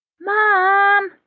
Mom